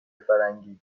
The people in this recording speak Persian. فرنگی